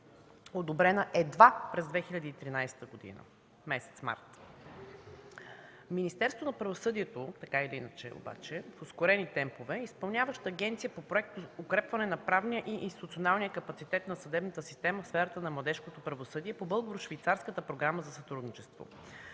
одобрена едва през месец март 2013 г. Министерството на правосъдието така или иначе в ускорени темпове е изпълняваща агенция по укрепване на правния и институционалния капацитет на съдебната система в сферата на младежкото правосъдие по Българо-швейцарската програма за сътрудничество.